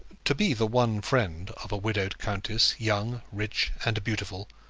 to be the one friend of a widowed countess, young, rich, and beautiful,